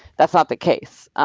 that's not the case.